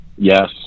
Yes